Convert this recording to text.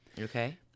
Okay